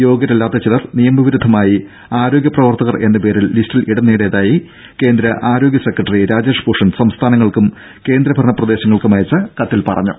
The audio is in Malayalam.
യോഗ്യരല്ലാത്തചിലർ നിയമവിരുദ്ധണായി ആരോഗ്യപ്രവർത്തകരെന്നപേരിൽ ലിസ്റ്റിൽ ഇടംനേടിയതായി കേന്ദ്ര ആരോഗ്യസെക്രട്ടറി രാജേഷ് ഭൂഷൺ സംസ്ഥാനങ്ങൾക്കും കേന്ദ്രഭരണ പ്രദേശങ്ങൾക്കും അയച്ച കത്തിൽ പറഞ്ഞു